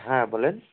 হ্যাঁ বলেন